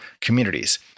communities